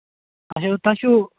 اَچھا تۄہہِ چھُو